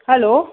hello